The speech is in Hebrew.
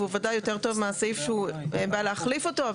והוא ודאי יותר טוב מהסעיף שהוא בא להחליף אותו,